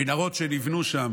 המנהרות שנבנו שם